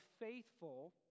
faithful